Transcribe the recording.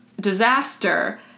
disaster